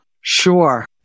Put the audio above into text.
Sure